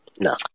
No